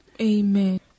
Amen